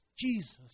Jesus